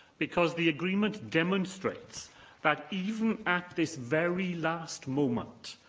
because the agreement demonstrates that even at this very last moment,